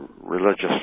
Religious